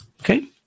Okay